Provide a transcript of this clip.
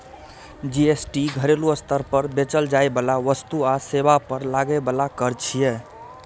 GST घरेलू स्तर पर बेचल जाइ बला वस्तु आ सेवा पर लागै बला कर छियै